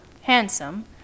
handsome